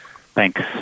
Thanks